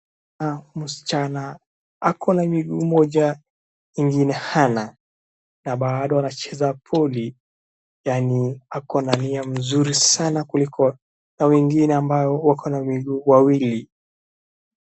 Naona msichana ako na miguu moja ingine hana, na bado anacheza boli yaani ako na nia mzuri sana kuliko wengine ambao wako na miguu wawili.